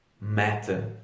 matter